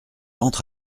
entre